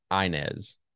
Inez